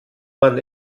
man